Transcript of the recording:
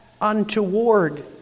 untoward